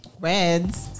reds